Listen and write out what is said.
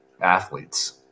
athletes